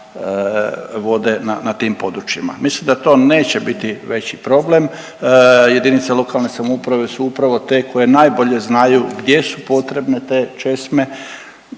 na tim područjima. Mislim da to neće biti veći problem. Jedinice lokalne samouprave su upravo te koje najbolje znaju gdje su potrebne te česme